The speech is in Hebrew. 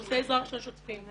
--- עברו הכשרה של עזרה ראשונה.